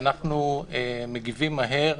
ואנחנו מגיבים מהר